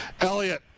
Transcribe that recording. Elliot